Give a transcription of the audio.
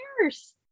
years